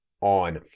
on